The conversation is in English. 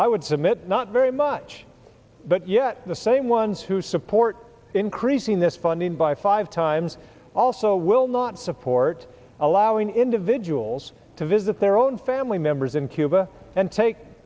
i would submit not very much but yet the same ones who support increasing this funding by five times also will not support allowing individuals to visit their own family members in cuba and take